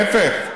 להפך,